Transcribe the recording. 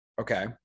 Okay